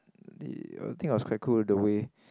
(d) I think it was quite cool with the way